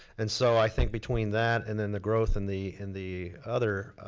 and so i think between that and then the growth in the in the other